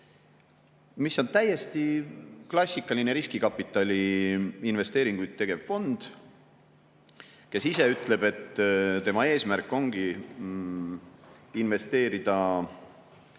mis on täiesti klassikaline riskikapitaliinvesteeringuid tegev fond, kes ise ütleb, et tema eesmärk ongi investeerida